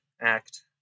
act